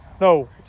No